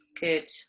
Good